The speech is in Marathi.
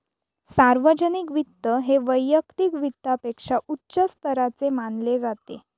सार्वजनिक वित्त हे वैयक्तिक वित्तापेक्षा उच्च स्तराचे मानले जाते